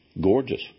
gorgeous